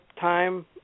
time